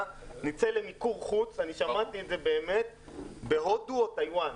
נצא למיקור חוץ ושמעתי את זה בהודו או בטייוואן.